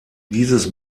dieses